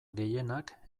gehienak